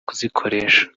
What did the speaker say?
kuzikoresha